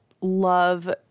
love